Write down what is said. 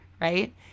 right